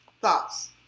Thoughts